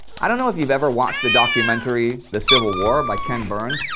i don't know if you've ever watched the documentary the civil war by ken burns,